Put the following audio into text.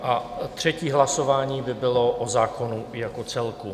A třetí hlasování by bylo o zákonu jako celku.